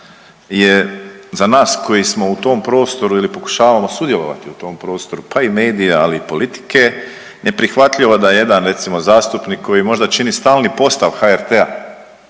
je za nas koji smo u tom prostoru ili pokušavamo sudjelovati u tom prostoru, pa i medija, ali i politike, ne prihvatljivo je da jedan recimo zastupnik koji možda čini stalni postav HRT-a